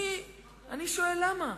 אני שואל, למה?